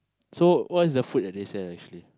so what is the food that they sell actually